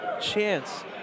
chance